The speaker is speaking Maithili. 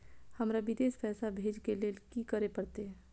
हमरा विदेश पैसा भेज के लेल की करे परते?